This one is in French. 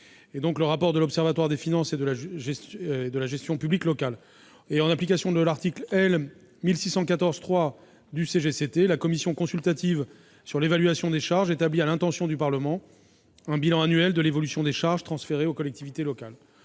du rapport de l'Observatoire des finances et de la gestion publique locale. En outre, en application de l'article L. 1614-3 du code général des collectivités territoriales, la commission consultative sur l'évaluation des charges établit à l'intention du Parlement un bilan annuel de l'évolution des charges transférées aux collectivités locales.